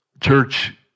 church